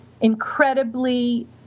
incredibly